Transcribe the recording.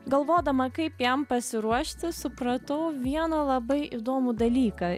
galvodama kaip jam pasiruošti supratau vieną labai įdomų dalyką